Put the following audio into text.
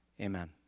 amen